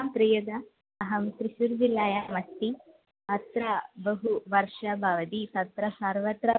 प्रियदा अहं त्रिशूर्जिल्लायाम् अस्मि अत्र बहु वर्षा भवति तत्र सर्वत्र